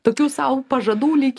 tokių sau pažadų lyg